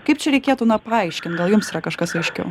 kaip čia reikėtų na paaiškint gal jums yra kažkas aiškiau